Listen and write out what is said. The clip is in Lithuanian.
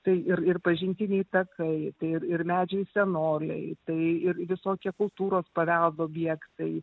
tai ir ir pažintiniai takai ir ir medžiai senoliai tai ir visokie kultūros paveldo objektai